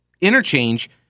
interchange